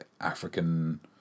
African